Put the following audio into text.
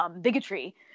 bigotry